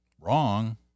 Wrong